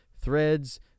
Threads